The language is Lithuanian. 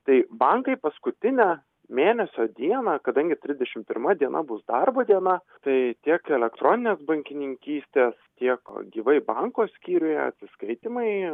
tai bankai paskutinę mėnesio dieną kadangi trisdešim pirma diena bus darbo diena tai tiek elektroninės bankininkystės tiek gyvai banko skyriuje atsiskaitymai